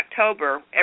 October